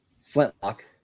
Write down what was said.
flintlock